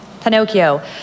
Pinocchio